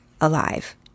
alive